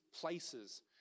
places